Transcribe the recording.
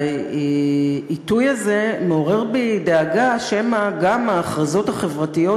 והעיתוי הזה מעורר בי דאגה שמא גם ההכרזות החברתיות